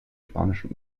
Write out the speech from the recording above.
spanischen